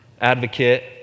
advocate